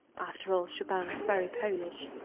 after all chopin was very polish.